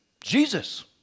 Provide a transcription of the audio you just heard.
Jesus